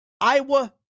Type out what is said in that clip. Iowa